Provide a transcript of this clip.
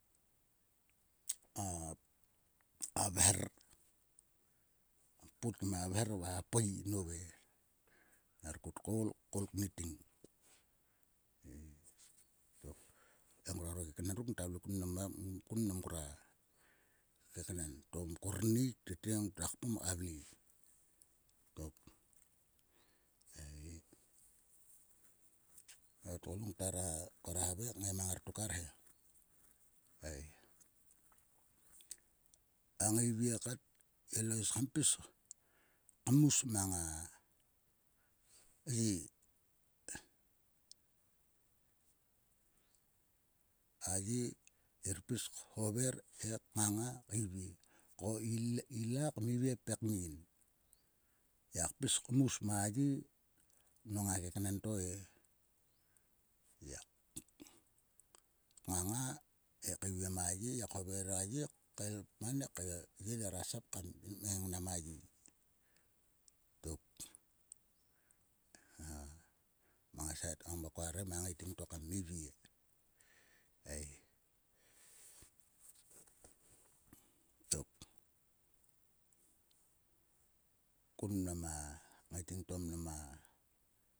A vher. kam kpot kim a vher va a pui nove ner kut koul ko kniting ei tok tle ngroaro keknen ruk ngata vle kun mnam ngora keknen to mkor nniktete ngota kpom ka vle tok ei. Ei to kohera havai kngai mangar tok arhe ei. A ngaivie kat ilo is kam pis kmus mang a ye. A ye ngir kpis khover he knganga keivie ko ila kmivie pekmin. Ngiak pis mus ma ye. nong a keknen to e. Ngiak nganga he keiviem a ye. ngiak hover a ye he kael man he a ye nera sap man kam sim keingnam a ye tok. Mang a sait to. koare mang a ngaiting to kmivie ei tok. Komnam a ngaiting to mnama.